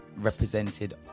represented